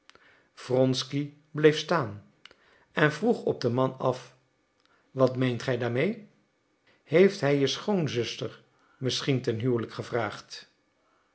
wronsky bleef staan en vroeg op de man af wat meent gij daarmee heeft hij je schoonzuster misschien ten huwelijk gevraagd